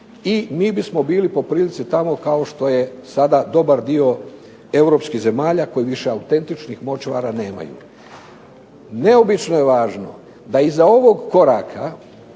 i mi bismo bili po prilici tamo kao što je sada dobar dio europskih zemalja koje više autentičnih močvara nemaju. Neobično je važno da iza ovog koraka